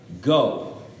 Go